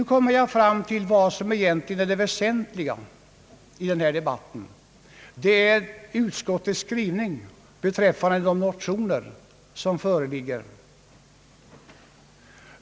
Nu kommer jag fram till vad som egentligen är det väsentliga i denna debatt. Det är utskottets skrivning beträffande de motioner som föreligger.